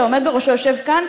שהעומד בראשו יושב כאן,